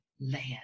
land